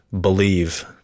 believe